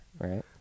Right